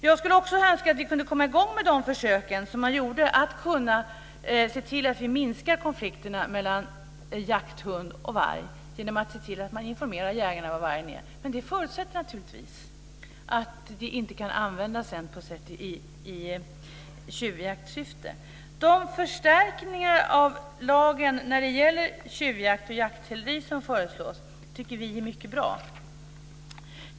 Jag skulle önska att vi kunde komma i gång med de försök som har gjorts att se till att minska konflikterna mellan jakthund och varg genom att informera jägarna om var vargen är. Men det förutsätter naturligtvis att detta inte sedan används i tjuvjaktsyfte. De förstärkningar av lagen när det gäller tjuvjakt och jakthäleri som föreslås tycker vi är mycket bra.